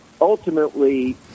Ultimately